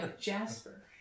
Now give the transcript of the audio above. jasper